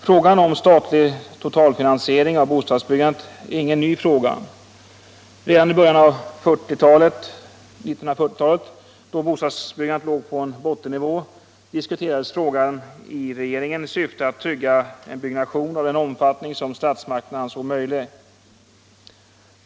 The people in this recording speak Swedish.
Frågan om en statlig totalfinansiering av bostadsbyggandet är ingen ny fråga. Redan i början av 1940-talet, då bostadsbyggandet låg på en bottennivå, diskuterades frågan i regeringen i syfte att trygga en byggnation av den omfattning som statsmakterna ansåg möjlig.